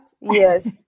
Yes